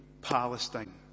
Palestine